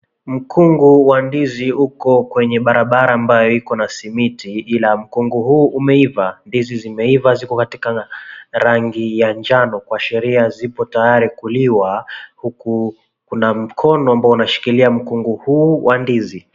Mkungu wa ndizi uko kwenye barabara ambayo iko na simiti, ila mkungu huu umeiva .Ndizi zimeiva ziko katika rangi ya njano kuashiria zipo tayari kuliwa huku kuna mkono ambao unashikilia mkungu huu wa ndizi.